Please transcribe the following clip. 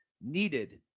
needed